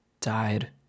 died